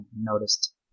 noticed